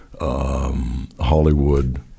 Hollywood